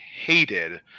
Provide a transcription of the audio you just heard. hated